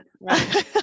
Right